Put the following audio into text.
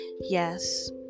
Yes